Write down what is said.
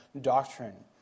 doctrine